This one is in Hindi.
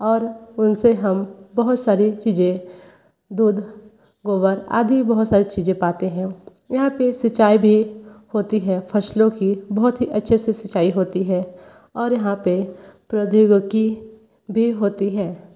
और उन से हम बहुत सारी चीज़ें दूध गोबर आदि बहुत सारी चीज़ें पाते हैं यहाँ पर सिचाई भी होती है फ़सलों की बहुत ही अच्छे से सिचाई होती है और यहाँ पर प्रोद्योगिकी भी होती है